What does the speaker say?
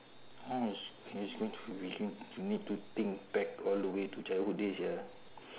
mine is is need we ca~ you need to think back all the way to childhood days sia